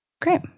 Great